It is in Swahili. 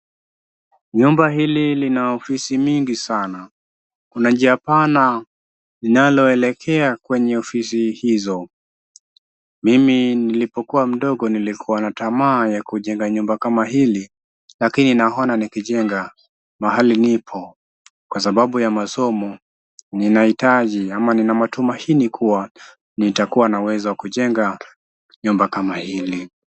Nyumba hili lina ofisi mingi sana, kuna njia pana linaloelekea kwenye ofisi hizo. Mimi nilipokuwa mdogo nilikuwa na tamaa ya kujenga nyumba kama hili, lakini naona nikijenga mahali nipo, kwa sababu ya masomo ninahitaji, na matumaini kuwa nitakuwa na uwezo wa kujenga nyumba kama hili.